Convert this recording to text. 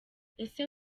ese